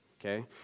Okay